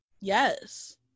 yes